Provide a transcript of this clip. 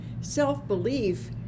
self-belief